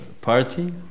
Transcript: party